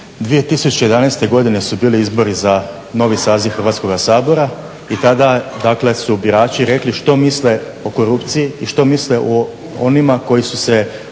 2011. godine su bili izbori za novi saziv Hrvatskoga sabora i tada dakle su birači rekli što misle o korupciji i što misle o onima koji su se